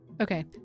Okay